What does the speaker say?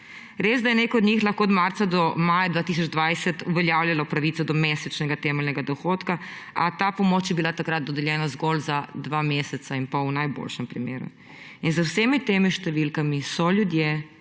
Resda je nekaj od njih lahko od marca do maja 2020 uveljavljalo pravico do mesečnega temeljnega dohodka, a ta pomoč je bila takrat dodeljena zgolj za dva meseca in pol. V najboljšem primeru. Za vsemi temi številkami so ljudje